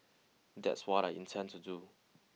that's what I intend to do